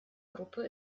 gruppe